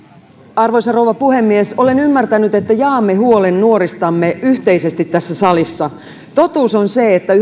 arvoisa rouva puhemies olen ymmärtänyt että jaamme huolen nuoristamme yhteisesti tässä salissa totuus on se että